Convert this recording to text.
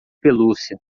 pelúcia